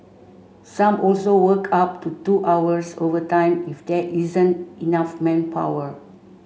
some also work up to two hours overtime if there isn't enough manpower